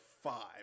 five